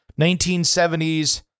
1970s